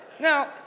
Now